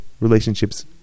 relationships